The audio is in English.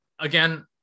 again